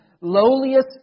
lowliest